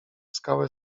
skałę